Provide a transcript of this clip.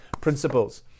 principles